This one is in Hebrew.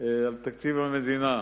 על תקציב המדינה,